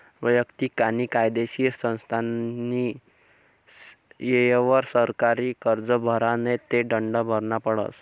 वैयक्तिक आणि कायदेशीर संस्थास्नी येयवर सरकारी कर भरा नै ते दंड भरना पडस